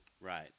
Right